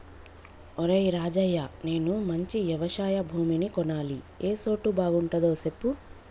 ఒరేయ్ రాజయ్య నేను మంచి యవశయ భూమిని కొనాలి ఏ సోటు బాగుంటదో సెప్పు